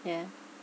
yeah